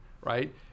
right